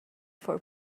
for